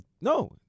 No